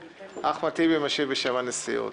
אחמד טיבי משיב בשם הנשיאות.